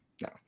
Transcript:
no